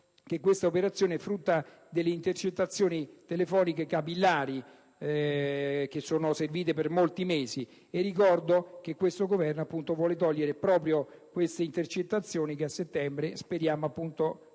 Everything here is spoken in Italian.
che questa operazione è frutto delle intercettazioni telefoniche capillari che sono seguite per molti mesi e ricordo che questo Governo vuole impedire proprio queste intercettazioni, che speriamo non